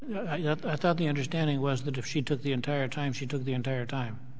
e i thought the understanding was that if she took the entire time she took the entire time